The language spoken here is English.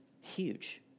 huge